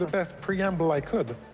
ah best preamble i could.